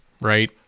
Right